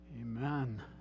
Amen